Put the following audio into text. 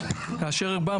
כאשר רובן,